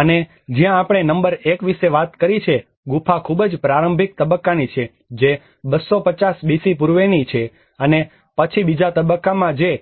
અને જ્યાં આપણે નંબર 1 વિશે વાત કરી જે ગુફા ખૂબ જ પ્રારંભિક તબક્કાની છે જે 250 BC પૂર્વેની છે અને પછી બીજા તબક્કામાં જે